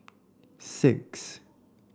six